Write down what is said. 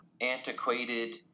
antiquated